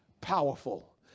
powerful